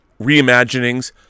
reimaginings